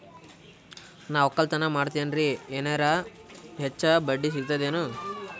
ನಾ ಒಕ್ಕಲತನ ಮಾಡತೆನ್ರಿ ಎನೆರ ಹೆಚ್ಚ ಬಡ್ಡಿ ಸಿಗತದೇನು?